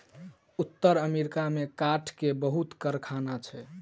उत्तर अमेरिका में काठ के बहुत कारखाना छै